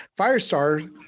firestar